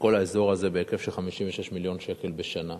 ובכל האזור הזה בהיקף של 56 מיליון שקל בשנה,